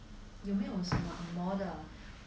有没有什么 angmor 的